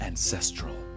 Ancestral